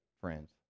friends